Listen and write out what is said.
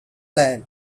land